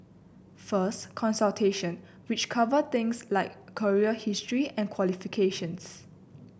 first consultation which cover things like career history and qualifications